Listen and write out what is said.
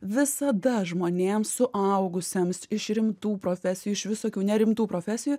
visada žmonėms suaugusiems iš rimtų profesijų iš visokių nerimtų profesijų